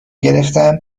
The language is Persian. گرفتم